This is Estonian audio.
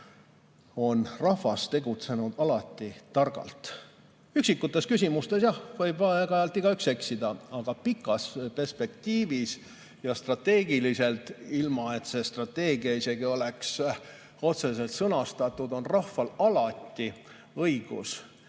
on rahvas tegutsenud alati targalt. Üksikutes küsimustes, jah, võib aeg-ajalt igaüks eksida. Aga pikas perspektiivis ja strateegiliselt, ilma et see strateegia oleks isegi otseselt sõnastatud, on rahval alati õigus.